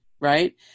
right